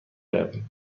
رویم